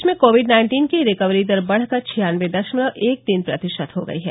प्रदेश में covid nineteen की recovery दर बढ़कर छियानबे दशमलव एक तीन प्रतिशत हो गयी है